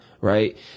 right